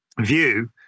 view